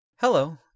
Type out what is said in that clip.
Hello